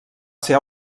ser